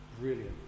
Brilliant